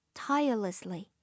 tirelessly